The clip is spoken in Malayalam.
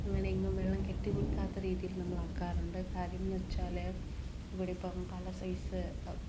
അങ്ങനെ എങ്ങും കെട്ടി നിൽക്കാത്ത രീതിയിൽ നമ്മളാക്കാറുണ്ട് കാര്യമെന്ന് വെച്ചാൽ ഇവിടെയിപ്പം പല സൈസ്